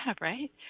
right